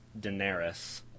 Daenerys